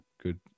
good